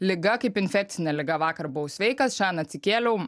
liga kaip infekcinė liga vakar buvau sveikas šiandien atsikėliau